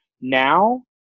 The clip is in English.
now